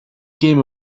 game